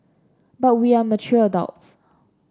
but we are mature adults